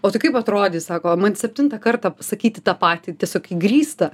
o tai kaip atrodys sako man septintą kartą pasakyti tą patį tiesiog įgrysta